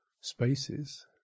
spaces